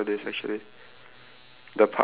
wait ah I'm thinking if